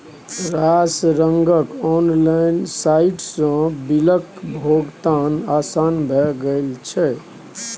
रास रंगक ऑनलाइन साइटसँ बिलक भोगतान आसान भए गेल छै